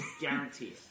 Guarantee